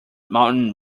mountain